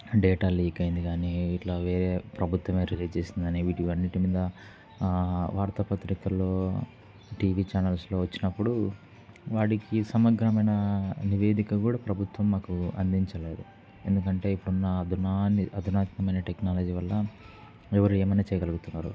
data leak అయింది కానీ ఇలా వేరే ప్రభుత్వమే రిలీజ్ చేసిందని వీటి అన్నింటి మీద వార్తా పత్రికల్లో టీవీ ఛానల్స్లో వచ్చినప్పుడు వాటికి సమగ్రమైన నివేదిక కూడా ప్రభుత్వం మాకు అందించలేదు ఎందుకంటే ఇప్పుడున్న అధునా అధునాతనమైన టెక్నాలజీ వల్ల ఎవరు ఏమైనా చేయగలుగుతున్నారు